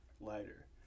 lighter